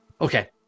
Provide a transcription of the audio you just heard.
Okay